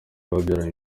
babyaranye